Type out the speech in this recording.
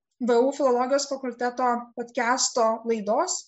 filologijos fakulteto potkesto laidos